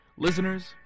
Listeners